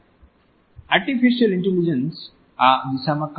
artificial intelligence આ દિશામાં કાર્યરત છે